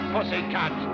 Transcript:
Pussycat